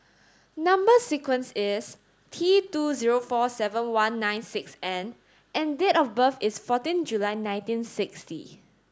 number sequence is T two zero four seven one nine six N and date of birth is fourteen July nineteen sixty